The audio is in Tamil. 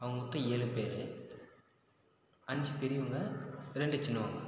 அவங்க மொத்தம் ஏழு பேர் அஞ்சு பெரியவங்க ரெண்டு சின்னவங்க